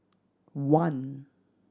one